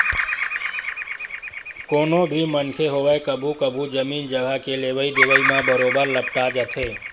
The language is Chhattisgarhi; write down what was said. कोनो भी मनखे होवय कभू कभू जमीन जघा के लेवई देवई म बरोबर लपटा जाथे